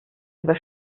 über